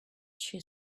she